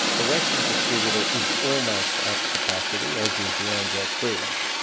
the western distributor is almost at capacity, as is the anzac bridge.